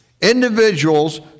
Individuals